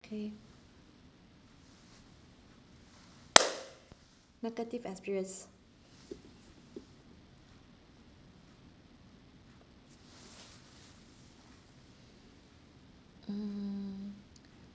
okay negative experience mm